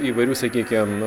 įvairių sakykim